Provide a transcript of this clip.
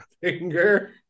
Finger